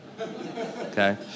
okay